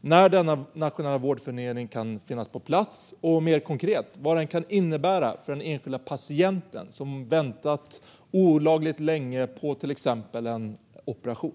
när denna nationella vårdförmedling kan finnas på plats och, mer konkret, vad den kan innebära för den enskilda patient som väntat olagligt länge på exempelvis en operation.